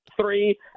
three